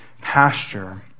pasture